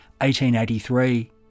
1883